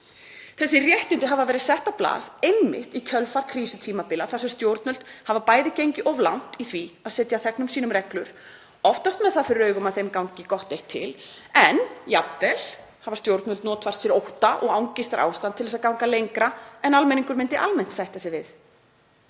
Þessi réttindi hafa einmitt verið sett á blað í kjölfar krísutímabila þar sem stjórnvöld hafa bæði gengið of langt í því að setja þegnum sínum reglur, oftast með það fyrir augum að þeim gangi gott eitt til, en jafnvel hafa stjórnvöld notfært sér ótta og angistarástand til þess að ganga lengra en almenningur myndi almennt sætta sig við.